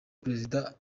perezida